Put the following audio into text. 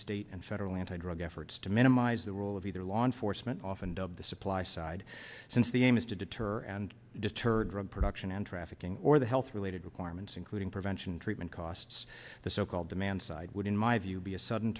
state and federal anti drug efforts to minimize the role of either law enforcement often dubbed the supply side since the aim is to deter and deter drug production and trafficking or the health related requirements including prevention treatment costs the so called demand side would in my view be a sudden